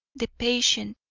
the patient,